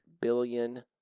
billion